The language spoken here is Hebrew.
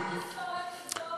ממתי המסורת הזאת,